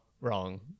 wrong